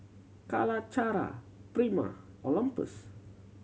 Calacara Prima Olympus